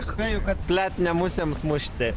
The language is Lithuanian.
spėju kad pletnė musėms mušti